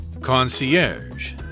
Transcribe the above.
Concierge